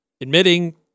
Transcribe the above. admitting